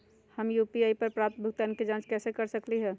हम यू.पी.आई पर प्राप्त भुगतान के जाँच कैसे कर सकली ह?